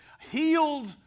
healed